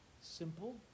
simple